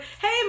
Hey